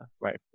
right